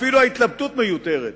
אפילו ההתלבטות מיותרת,